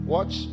Watch